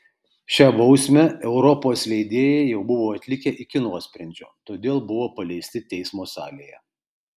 šią bausmę europos leidėjai jau buvo atlikę iki nuosprendžio todėl buvo paleisti teismo salėje